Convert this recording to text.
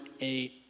eight